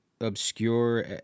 obscure